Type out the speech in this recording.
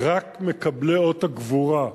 רק מקבלי אות הגבורה,